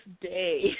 day